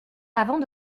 avant